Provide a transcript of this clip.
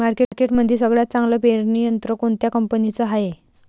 मार्केटमंदी सगळ्यात चांगलं पेरणी यंत्र कोनत्या कंपनीचं हाये?